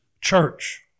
church